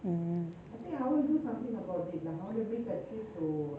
mm